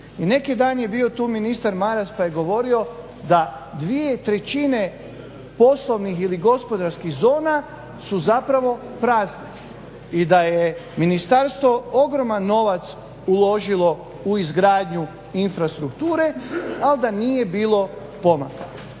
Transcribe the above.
I neki dan je bio tu ministar Maras pa je govorio da dvije trećine poslovnih ili gospodarski zona su zapravo prazni i da je ministarstvo ogroman novac uložilo u izgradnju infrastrukture ali da nije bilo pomaka.